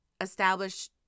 establish